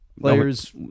players